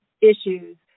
issues